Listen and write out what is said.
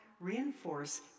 reinforce